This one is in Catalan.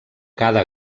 cada